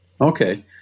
Okay